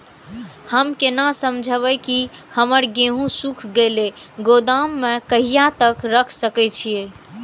हम केना समझबे की हमर गेहूं सुख गले गोदाम में कहिया तक रख सके छिये?